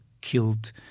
killed